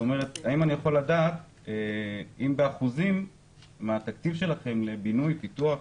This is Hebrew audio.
האם באחוזים מהתקציב שלכם לבינוי, פיתוח,